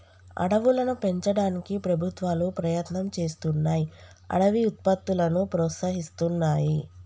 అడవులను పెంచడానికి ప్రభుత్వాలు ప్రయత్నం చేస్తున్నాయ్ అడవి ఉత్పత్తులను ప్రోత్సహిస్తున్నాయి